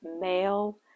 Male